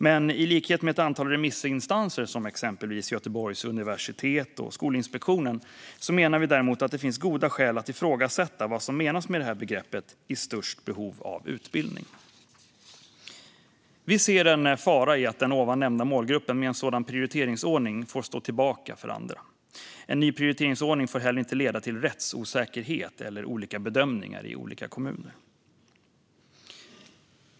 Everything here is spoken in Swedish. Men i likhet med ett antal remissinstanser, exempelvis Göteborgs universitet och Skolinspektionen, menar vi att det finns goda skäl att ifrågasätta vad som menas med begreppet "med störst behov av utbildning". Vi ser en fara i att den ovan nämnda målgruppen med en sådan prioriteringsordning får stå tillbaka för andra. En ny prioriteringsordning får heller inte leda till rättsosäkerhet eller olika bedömningar i olika kommuner.